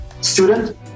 student